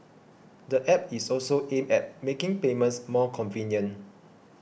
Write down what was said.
the App is also aimed at making payments more convenient